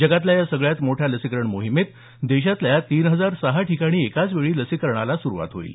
जगातल्या या सगळ्यात मोठ्या लसीकरण मोहिमेत देशातल्या तीन हजार सहा ठिकाणी एकाचवेळी लसीकरणाला सुरुवात होईल